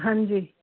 ਹਾਂਜੀ